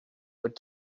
would